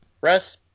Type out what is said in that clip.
Russ